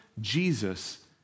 Jesus